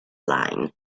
line